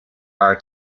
are